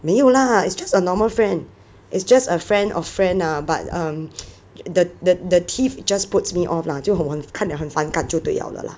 没有 lah it's just a normal friend is just a friend of friend ah but um the the the teeth just puts me off lah 就很我看了很反感就对了了 lah